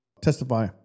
testify